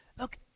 Look